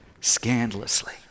scandalously